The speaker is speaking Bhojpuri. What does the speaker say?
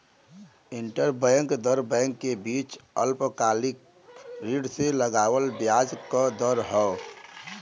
इंटरबैंक दर बैंक के बीच अल्पकालिक ऋण पे लगावल ब्याज क दर हौ